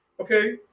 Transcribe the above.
okay